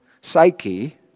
psyche